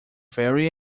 very